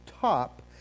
top